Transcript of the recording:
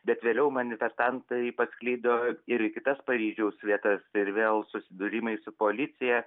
bet vėliau manifestantai pasklido ir į kitas paryžiaus vietas ir vėl susidūrimai su policija